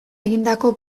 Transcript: egindako